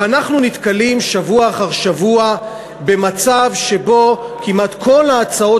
ואנחנו נתקלים שבוע אחר שבוע במצב שבו כמעט כל ההצעות